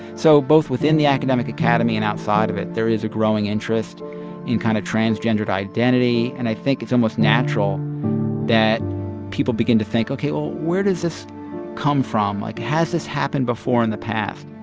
so both within the academic academy and outside of it, there is a growing interest in kind of transgendered identity. and i think it's almost natural that people begin to think, ok, well, where does this come from? like, has this happened before in the past?